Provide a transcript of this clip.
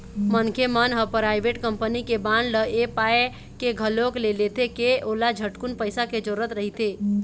मनखे मन ह पराइवेट कंपनी के बांड ल ऐ पाय के घलोक ले लेथे के ओला झटकुन पइसा के जरूरत रहिथे